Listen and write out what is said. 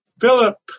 Philip